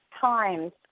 Times